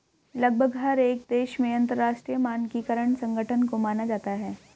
लगभग हर एक देश में अंतरराष्ट्रीय मानकीकरण संगठन को माना जाता है